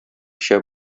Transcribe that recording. эчә